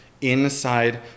inside